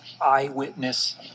eyewitness